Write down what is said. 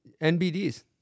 NBDs